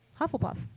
Hufflepuff